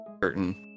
Curtain